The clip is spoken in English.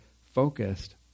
focused